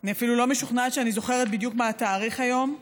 אני אפילו לא משוכנעת שאני זוכרת בדיוק מה התאריך היום,